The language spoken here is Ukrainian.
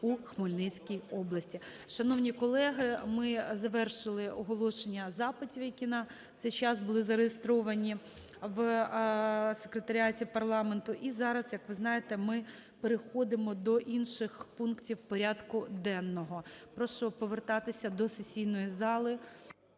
у Хмельницькій області. Шановні колеги, ми завершили оголошення запитів, які на цей час були зареєстровані в секретаріаті парламенту. І зараз, як ви знаєте, ми переходимо до інших пунктів порядку денного. Прошу повертатися до сесійної зали.